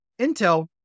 intel